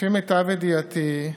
לפי מיטב ידיעתי,